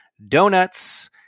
Donuts